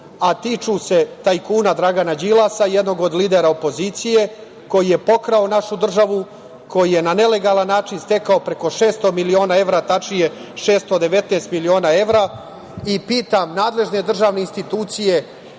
a tiču se tajkuna Dragana Đilasa, jednog od lidera opozicije, koji je pokrao našu državu, koji je na nelegalan način stekao preko 600 miliona evra, tačnije 619 miliona evra. Pitam nadležne državne institucije